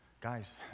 Guys